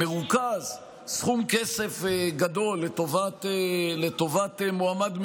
מרוכז סכום כסף גדול לטובת מועמד מסוים,